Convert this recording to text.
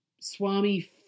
Swami